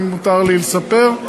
אם מותר לי לספר,